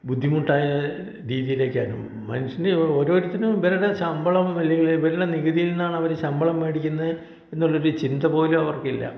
ബുദ്ധിമുട്ടായ രീതിയിലേക്കാണ് മനുഷ്യൻ്റെ ഓരോരുത്തനും ഇവരുടെ ശമ്പളം അല്ലെങ്കിൽ ഇവരുടെ നികുതിയിൽ നിന്നാണ് അവർ ശമ്പളം മേടിക്കുന്നത് എന്നുള്ളൊരു ചിന്ത പോലും അവർക്കില്ല